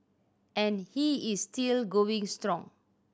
and he is still going strong